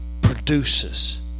produces